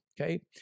Okay